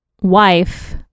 wife